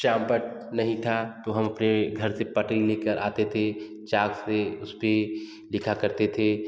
नहीं था तो हम अपने घर से पत्री ले कर आते थे चाट से उस पर लिखा करते थे